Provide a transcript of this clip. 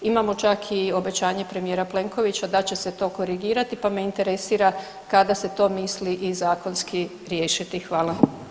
Imamo čak i obećanje premijera Plenkovića da će se to korigirati, pa me interesira kada se to misli i zakonski riješiti, hvala.